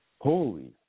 Holy